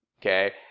Okay